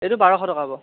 এইটো বাৰশ টকা হ'ব